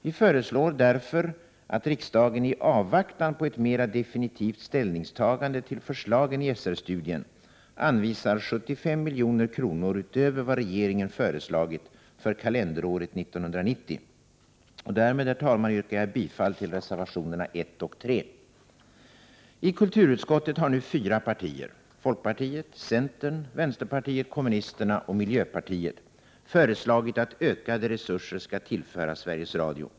Vi föreslår därför att riksdagen i avvaktan på ett mera definitivt ställningstagande till förslagen i SR-studien anvisar 75 milj.kr. utöver vad regeringen föreslagit för kalenderåret 1990. Herr talman! Jag yrkar därmed bifall till reservationerna 1 och 3. I kulturutskottet har nu fyra partier — folkpartiet, centern, vänsterpartiet kommunisterna och miljöpartiet — föreslagit att ökade resurser skall tillföras Sveriges Radio.